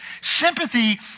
Sympathy